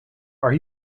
are